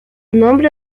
nombre